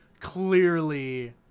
Clearly